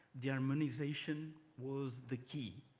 the harmonization was the key.